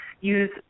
use